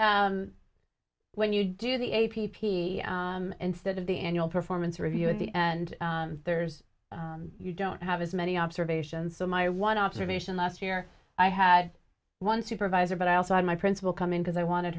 when you do the a t p instead of the annual performance review at the end there's you don't have as many observations so my one observation last year i had one supervisor but i also had my principal come in because i wanted